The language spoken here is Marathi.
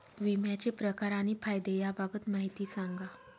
विम्याचे प्रकार आणि फायदे याबाबत माहिती सांगा